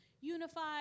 unified